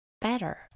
better